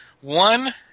One